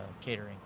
catering